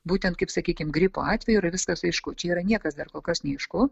būtent kaip sakykim gripo atveju yra viskas aišku čia yra niekas dar kol kas neaišku